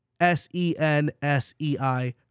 S-E-N-S-E-I